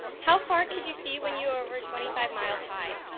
how far could you see when you were over twenty five miles high?